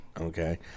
Okay